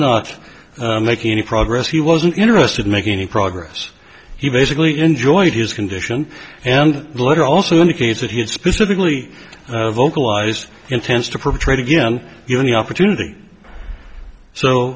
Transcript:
not making any progress he wasn't interested in making any progress he basically enjoyed his condition and the letter also indicates that he had specifically vocalized intends to perpetrate again given the opportunity so